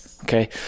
okay